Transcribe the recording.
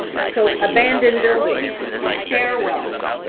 so abandoned buildings, stairwells,